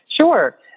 Sure